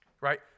right